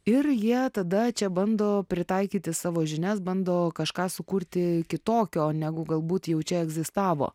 ir jie tada čia bando pritaikyti savo žinias bando kažką sukurti kitokio negu galbūt jau čia egzistavo